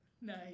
nice